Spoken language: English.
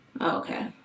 Okay